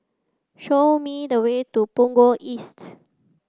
show me the way to Punggol East